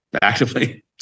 actively